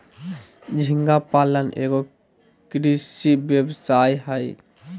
झींगा पालन एगो जलीय कृषि व्यवसाय हय